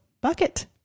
Bucket